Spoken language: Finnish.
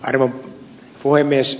arvon puhemies